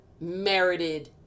merited